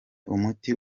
umuti